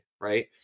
right